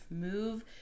move